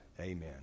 amen